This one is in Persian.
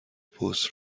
پست